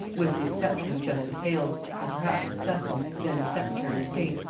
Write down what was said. with the exception of justice hales, and perhaps of cecil, then secretary of state,